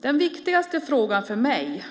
Den viktigaste frågan för mig